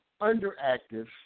underactive